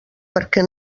perquè